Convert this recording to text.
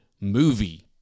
movie